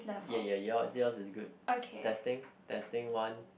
ya ya yours yours is good testing testing one